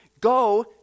go